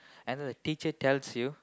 and then the teacher tells you